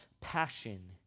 passion